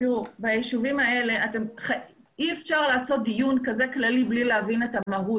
אי אפשר לעשות דיון כללי כזה בלי להבין את המהות.